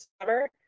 summer